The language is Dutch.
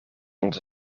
onze